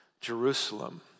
Jerusalem